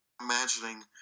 imagining